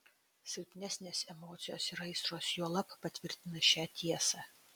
silpnesnės emocijos ir aistros juolab patvirtina šią tiesą